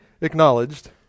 acknowledged